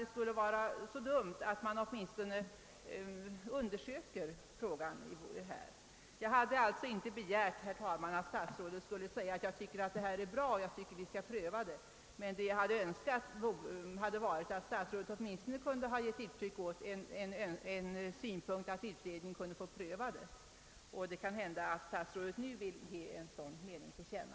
Det skulle inte vara så dumt att åtminstone undersöka frågan. Jag hade inte, herr talman, begärt att statsrådet skulle säga att han tyckte att detta system är bra och att vi skulle pröva det. Vad jag hade önskat var att statsrådet åtminstone hade gått med på att låta utredningen pröva frågan. Det kan hända att statsrådet nu vill ge en sådan mening till känna.